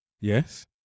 yes